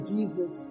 Jesus